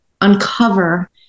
uncover